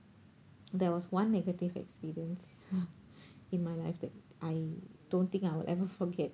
there was one negative experience in my life that I don't think I will ever forget